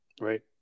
Right